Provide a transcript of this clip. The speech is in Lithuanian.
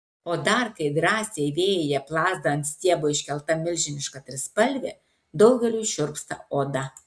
o dar kai drąsiai vėjyje plazda ant stiebo iškelta milžiniška trispalvė daugeliui šiurpsta oda